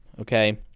Okay